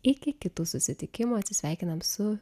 iki kitų susitikimų atsisveikiname su